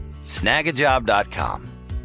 Snagajob.com